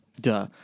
duh